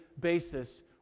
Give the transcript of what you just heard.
basis